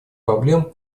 проблем